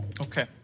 Okay